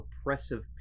oppressive